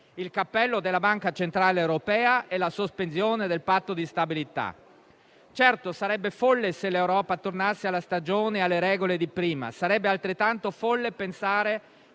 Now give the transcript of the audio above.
il cappello della Banca centrale europea e la sospensione del Patto di stabilità. Certo, sarebbe folle se l'Europa tornasse alla stagione e alle regole di prima; ma sarebbe altrettanto folle pensare